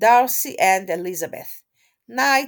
"Darcy and Elizabeth Nights